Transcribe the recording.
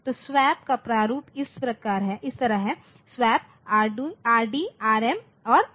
तो स्वैप का प्रारूप इस तरह है स्वैप Rd Rm और Rn